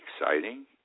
exciting